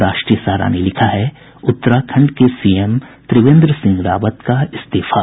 राष्ट्रीय सहारा ने लिखा है उत्तराखंड के सीएम त्रिवेन्द्र सिंह रावत का इस्तीफा